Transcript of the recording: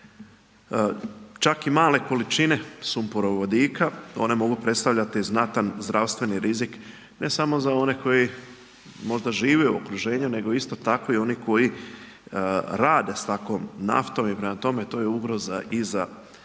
Čak i male količine sumporovodika, one mogu predstavljati znatan zdravstveni rizik, ne samo za one koji možda žive u okruženju, nego isto tako i oni koji rade s takvom naftom i prema tome, to je ugroza i za radnika